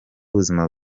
ubuzima